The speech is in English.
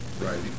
Right